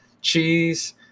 cheese